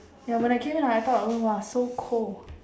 ya when I came here I thought !wah! so cold